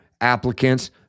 applicants